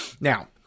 Now